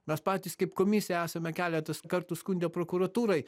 mes patys kaip komisija esame keletas kartų skundę prokuratūrai